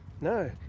No